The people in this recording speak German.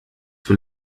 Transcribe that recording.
für